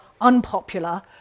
unpopular